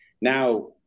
Now